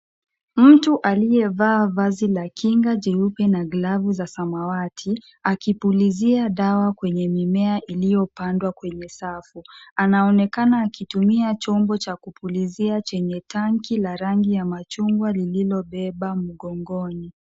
Mtu aliyevaa vazi la kinga jeupe na glavu za samawati akipulizia dawa kwenye mimea iliyopandwa kwenye safu. Anaonekana akitumia chombo cha kupulizia chenye tanki la rangi ya machungwa lililobeba mgongoni.